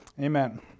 amen